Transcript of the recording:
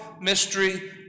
mystery